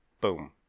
Boom